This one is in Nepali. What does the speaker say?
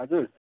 हजुर